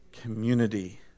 Community